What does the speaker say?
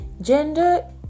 gender